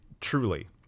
truly